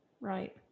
Right